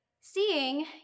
Seeing